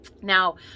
Now